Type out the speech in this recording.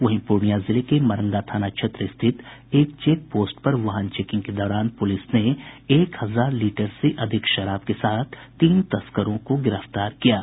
वहीं पूर्णिया जिले के मरंगा थाना क्षेत्र स्थित एक चेकपोस्ट पर वाहन चेंकिंग के दौरान पुलिस ने एक हजार लीटर से अधिक शराब के साथ तीन तस्करों को गिरफ्तार किया है